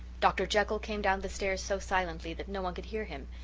dr. jekyll came down the stairs so silently that no one could hear him.